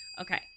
Okay